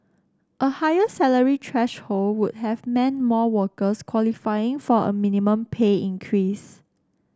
a higher salary threshold would have meant more workers qualifying for a minimum pay increase